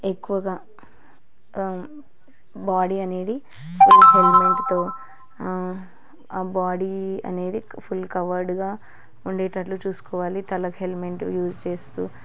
ఎక్కువగా బాడీ అనేది ఫుల్ హెల్మెట్తో ఆ బాడీ అనేది ఫుల్ కవర్డ్గా ఉండేటట్లు చూసుకోవాలి తలకు హెల్మెట్ యూస్ చేస్తు